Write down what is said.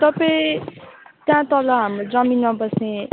तपाईँ त्यहाँ तल हाम्रो जमिनमा बस्ने